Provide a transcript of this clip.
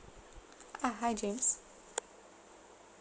ah hi james